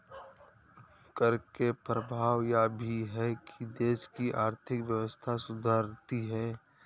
कर के प्रभाव यह भी है कि देश की आर्थिक व्यवस्था सुधरती है